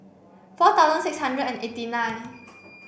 four thousand six hundred and eighty nine